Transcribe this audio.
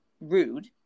rude